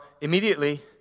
immediately